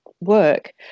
work